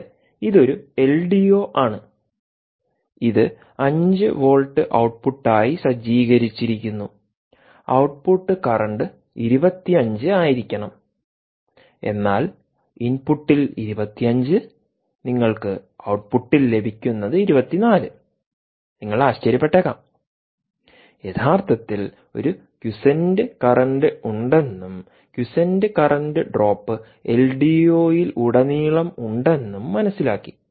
അതെ ഇത് ഒരു എൽഡിഒ ആണ് ഇത് 5 വോൾട്ട് ഔട്ട്പുട്ടായി സജ്ജീകരിച്ചിരിക്കുന്നു ഔട്ട്പുട്ട് കറന്റ് 25 ആയിരിക്കണം എന്നാൽ ഇൻപുട്ടിൽ 25നിങ്ങൾക്ക് ഔട്ട്പുട്ടിൽ ലഭിക്കുന്നത് 24 നിങ്ങൾ ആശ്ചര്യപ്പെട്ടേക്കാം യഥാർത്ഥത്തിൽ ഒരു ക്യൂസെൻറ് കറൻറ് ഉണ്ടെന്നും ക്യൂസെൻറ് കറൻറ് ഡ്രോപ്പ് dropഎൽഡിഒയിലുടനീളം ഉണ്ടെന്നും മനസിലാക്കി